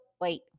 wait